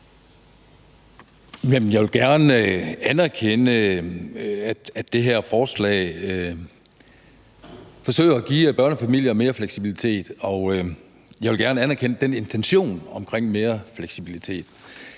Jeg vil gerne anerkende, at det her forslag forsøger at give børnefamilier mere fleksibilitet, og jeg vil gerne anerkende den intention om mere fleksibilitet.